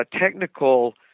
technical